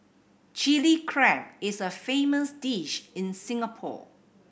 Chilli Crab is a famous dish in Singapore